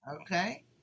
Okay